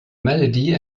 melody